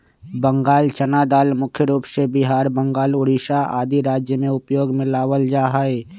बंगाल चना दाल मुख्य रूप से बिहार, बंगाल, उड़ीसा आदि राज्य में उपयोग में लावल जा हई